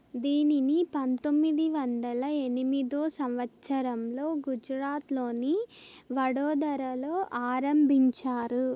దీనిని పంతొమ్మిది వందల ఎనిమిదో సంవచ్చరంలో గుజరాత్లోని వడోదరలో ఆరంభించారు